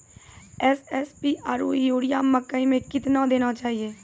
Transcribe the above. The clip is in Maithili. एस.एस.पी आरु यूरिया मकई मे कितना देना चाहिए?